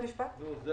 אתה